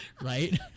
Right